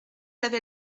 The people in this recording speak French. avez